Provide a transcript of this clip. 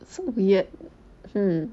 so weird hmm